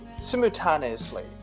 simultaneously